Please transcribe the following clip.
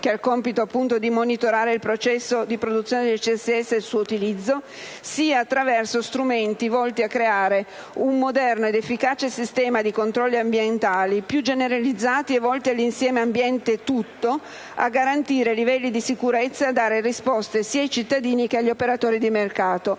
che ha il compito di monitorare il processo della produzione del CSS e del suo utilizzo, sia attraverso strumenti volti a creare un moderno ed efficace sistema di controlli ambientali, più generalizzati e volti all'insieme ambiente, utili a garantire i livelli di sicurezza e a dare risposte sia ai cittadini che agli operatori del mercato.